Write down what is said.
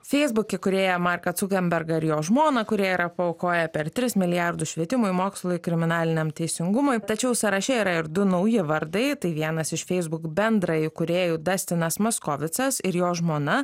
facebook įkūrėją marką cukenbergą ir jo žmoną kurie yra paaukoję per tris milijardus švietimui mokslui kriminaliniam teisingumui tačiau sąraše yra ir du nauji vardai tai vienas iš facebook bendraįkūrėjų dastinas maskovicas ir jo žmona